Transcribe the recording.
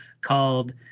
called